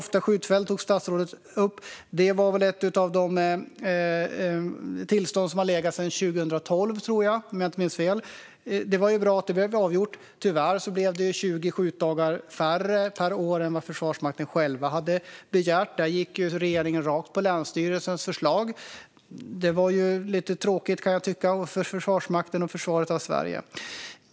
Statsrådet tog upp Tofta skjutfält, och det tillståndet har man väl väntat på sedan 2012. Det var bra att det blev avgjort, men tyvärr blev det 20 skjutdagar färre per år än vad Försvarsmakten begärt. Här gick regeringen helt på länsstyrelsens förslag, vilket var tråkigt för Försvarsmakten och försvaret av Sverige.